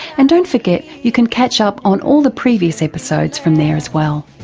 and don't forget you can catch up on all the previous episodes from there as well.